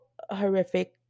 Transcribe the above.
Horrific